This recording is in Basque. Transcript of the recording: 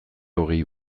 hogei